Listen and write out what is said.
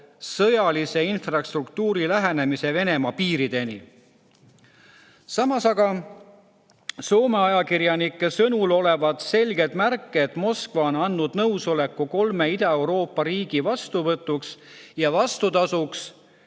sõjalise infrastruktuuri lähenemise Venemaa piirideni. Samas aga olevat Soome ajakirjanike sõnul selgeid märke, et Moskva on andnud nõusoleku kolme Ida-Euroopa riigi vastuvõtuks. Vastutasuks